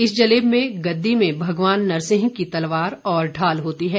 इस जलेब में गद्दी में भगवान नरसिंह की तलवार और ढाल होती है